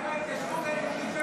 מה עם ההתיישבות היהודית במטולה?